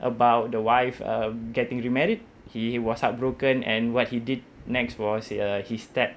about the wife uh getting remarried he was heartbroken and what he did next was uh he stabbed